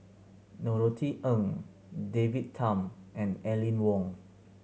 Norothy Ng David Tham and Aline Wong